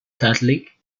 catholic